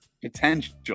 Potential